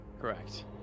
Correct